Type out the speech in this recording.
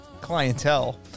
clientele